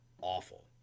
awful